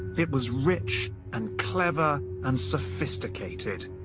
it was rich, and clever, and sophisticated